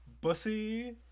Bussy